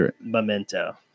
Memento